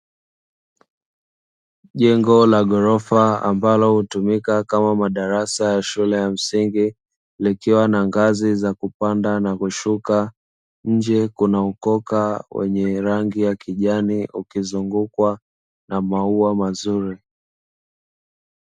Jengo la ghorofa ambalo hutumika kama madarasa ya shule ya msingi, likiwa na ngazi ya kupanda na kushuka nje kuna ukoka wenye rangi ya kijani ukizungukwa na maua mazuri.